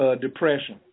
depression